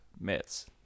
myths